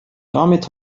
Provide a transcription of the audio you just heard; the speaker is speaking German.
damit